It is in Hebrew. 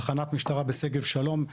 תחנת משטרה בשגב שלום,